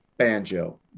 banjo